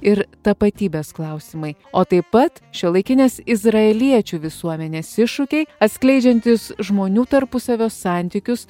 ir tapatybės klausimai o taip pat šiuolaikinės izraeliečių visuomenės iššūkiai atskleidžiantys žmonių tarpusavio santykius